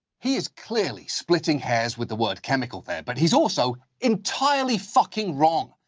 he is clearly splitting hairs with the word chemical there, but he's also entirely fucking wrong.